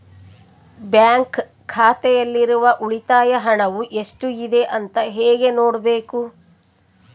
Bank ಖಾತೆಯಲ್ಲಿರುವ ಉಳಿತಾಯ ಹಣವು ಎಷ್ಟುಇದೆ ಅಂತ ಹೇಗೆ ನೋಡಬೇಕು?